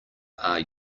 are